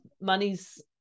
money's